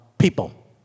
People